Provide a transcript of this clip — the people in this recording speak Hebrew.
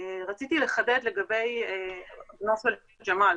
רציתי לחדד לגבי בנו של ג'מאל